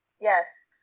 yes